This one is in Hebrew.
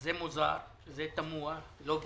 זה מוזר וזה תמוה, לא במקום.